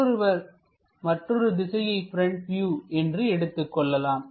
மற்றொருவர் மற்றொரு திசையை ப்ரெண்ட் வியூ என்று எடுத்துக்கொள்ளலாம்